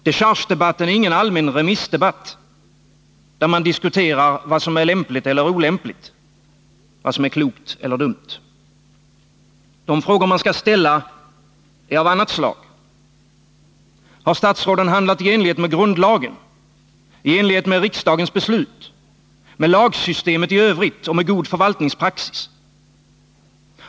Dechargedebatten är ingen allmän remissdebatt, där man diskuterar vad som är lämpligt eller olämpligt, vad som är klokt eller dumt. De frågor man skall ställa är av annat slag. Har statsråden handlat i enlighet med grundlagen, i enlighet med riksdagens beslut eller lagsystemeti Nr 145 övrigt och med god förvaltningspraxis?